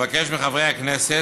לאור האמור, אבקש מחברי הכנסת